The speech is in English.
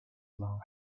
long